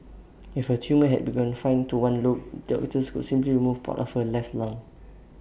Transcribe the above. if her tumour had been confined to one lobe doctors could simply remove part of her left lung